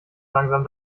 langsam